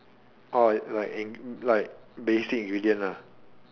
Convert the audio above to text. orh like like like basic ingredient ah